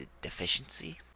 deficiency